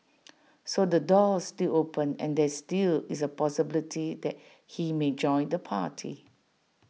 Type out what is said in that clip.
so the door's still open and there still is A possibility that he may join the party